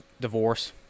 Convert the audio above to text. divorce